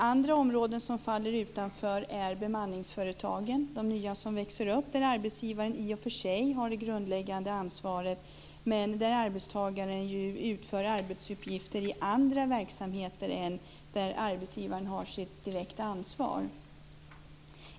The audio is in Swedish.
Andra områden som faller utanför är de nya bemanningsföretag som växer upp, där arbetsgivaren i och för sig har det grundläggande ansvaret, men där arbetstagaren ju utför arbetsuppgifter i andra verksamheter än där arbetsgivaren har sitt direkta ansvar.